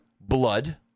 blood